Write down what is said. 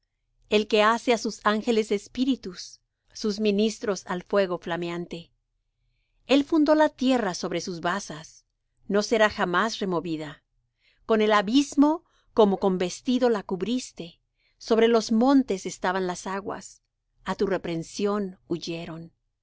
el que hace á sus ángeles espíritus sus ministros al fuego flameante el fundó la tierra sobre sus basas no será jamás removida con el abismo como con vestido la cubriste sobre los montes estaban las aguas a tu reprensión huyeron